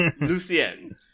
Lucien